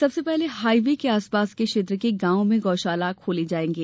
सबसे पहले highway के आसपास के क्षेत्र के ग्रामों में गौ शाला खोलेंगे